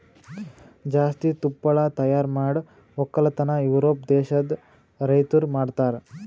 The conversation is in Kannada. ಜಾಸ್ತಿ ತುಪ್ಪಳ ತೈಯಾರ್ ಮಾಡ್ ಒಕ್ಕಲತನ ಯೂರೋಪ್ ದೇಶದ್ ರೈತುರ್ ಮಾಡ್ತಾರ